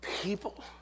people